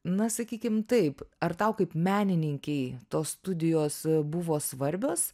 na sakykim taip ar tau kaip menininkei tos studijos buvo svarbios